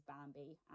bambi